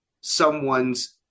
someone's